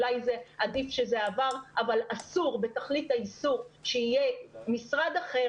אולי עדיף שזה עבר אבל אסור בתכלית האיסור שיהיה משרד אחר